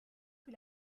que